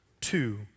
two